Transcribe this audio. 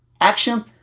action